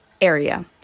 area